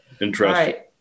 Interesting